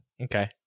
Okay